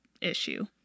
issue